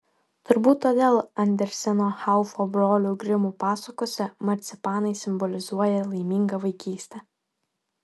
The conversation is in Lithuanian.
turbūt todėl anderseno haufo brolių grimų pasakose marcipanai simbolizuoja laimingą vaikystę